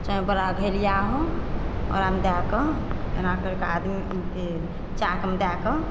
तैँ बड़ा घैलिआ हो ओकरामे दए कऽ एना करि कऽ आदमी से चाकमे दए कऽ